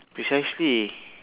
precisely